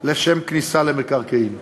לשם כניסה למקרקעין.